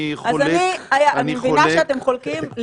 אני חולק --- אני מבינה שאתם חולקים.